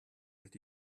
that